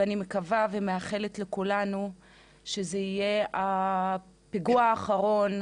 אני מקווה ומאחלת לכולנו שזה יהיה הפיגוע האחרון